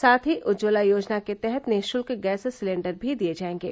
साथ ही उज्जवला योजना के तहत निःशुल्क गैस सिलेंडर भी दिये जायेंगे